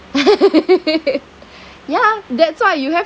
ya that's what you have